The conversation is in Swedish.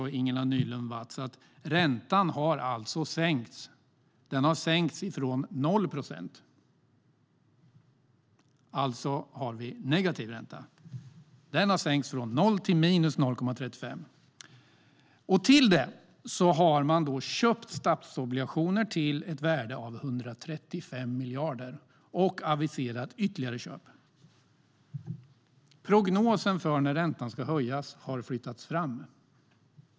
Även Ingela Nylund Watz nämnde detta. Den har sänkts från 0 procent, och vi har alltså negativ ränta. Den har sänkts från 0 till 0,35. Därtill har man köpt statsobligationer till ett värde av 135 miljarder och aviserat ytterligare köp. Den prognostiserade tidpunkten för när räntan ska höjas har flyttats fram.